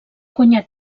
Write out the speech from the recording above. guanyat